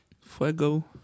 Fuego